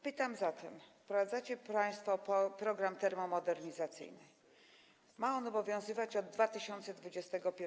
Pytam zatem, bo wprowadzacie państwo program termomodernizacyjny, ma on obowiązywać od 2021 r.